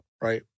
right